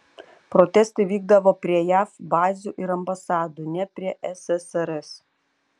protestai vykdavo prie jav bazių ir ambasadų ne prie ssrs